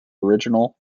original